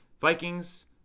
Vikings